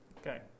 okay